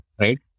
right